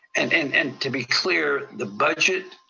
and and and to be clear, the budget